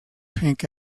pink